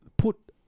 Put